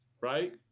Right